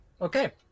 Okay